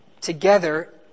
together